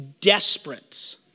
desperate